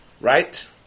Right